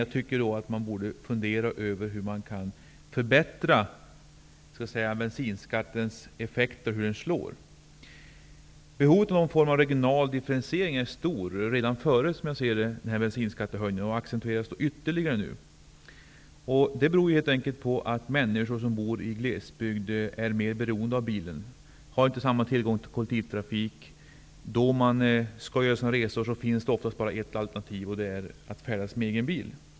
Jag tycker dock att man borde fundera över hur bensinskatten slår och hur man kan lindra effekterna. Behovet av en form av regional differentiering var stort redan före bensinskattehöjningen. Det accentuers nu ytterligare. Det beror helt enkelt på att människor i glesbygd är mer beroende av bil. De har inte tillgång till en fungerande kollektivtrafik. När de skall ut och resa finns det ofta bara ett alternativ, och det är att färdas med egen bil.